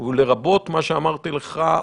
לרבות מה שאמרתי לך,